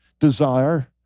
desire